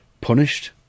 punished